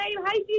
Hi